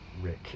Rick